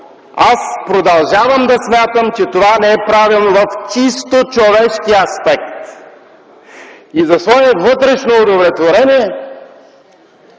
продължавам да смятам, че това не е правилно в чисто човешки аспект. И за свое вътрешно удовлетворение